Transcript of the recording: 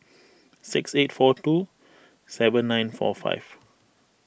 six eight four two seven nine four five